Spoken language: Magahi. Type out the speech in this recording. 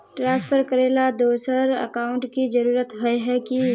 ट्रांसफर करेला दोसर अकाउंट की जरुरत होय है की?